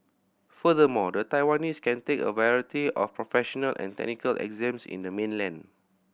furthermore the Taiwanese can take a variety of professional and technical exams in the mainland